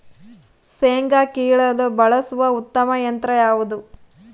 ಶೇಂಗಾ ಕೇಳಲು ಬಳಸುವ ಉತ್ತಮ ಯಂತ್ರ ಯಾವುದು?